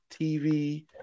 TV